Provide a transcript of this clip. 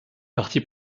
partis